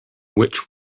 which